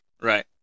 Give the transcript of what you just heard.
Right